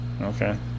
Okay